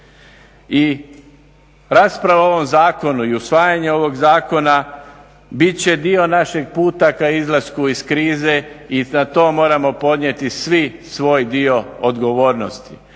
i rasprava o ovom Zakonu i usvajanje ovog zakona bit će dio našeg puta k izlasku iz krize i na to moramo podnijeti svi svoji dio odgovornosti.